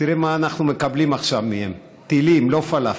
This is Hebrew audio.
תראה מה אנחנו מקבלים מהם עכשיו, טילים, לא פלאפל.